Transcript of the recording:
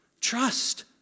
Trust